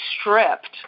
stripped